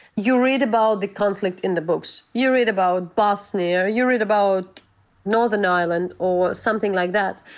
you read about the conflict in the books. you read about bosnia. you read about northern ireland or something like that,